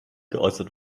geäußert